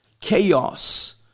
Chaos